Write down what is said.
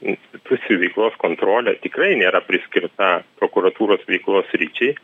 institucijų veiklos kontrolė tikrai nėra priskirta prokuratūros veiklos sričiai